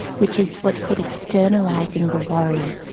which is what's called externalising the worry.